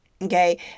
Okay